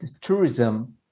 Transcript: tourism